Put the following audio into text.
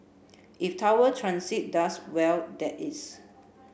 if Tower Transit does well that is